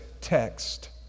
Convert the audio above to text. text